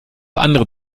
andere